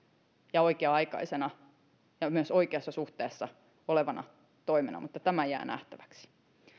ja oikea aikaisena ja myös oikeassa suhteessa olevana toimena mutta tämä jää nähtäväksi